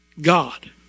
god